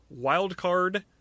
wildcard